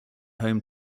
home